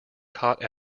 caught